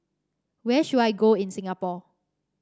where should I go in Singapore